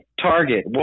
Target